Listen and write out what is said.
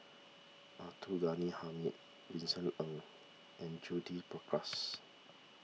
Abdul Ghani Hamid Vincent Ng and Judith Prakash